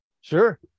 Sure